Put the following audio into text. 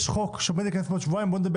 יש חוק שעומד בעוד שבועיים אז בואו נדבר